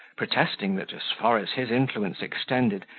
protesting, that, as far as his influence extended,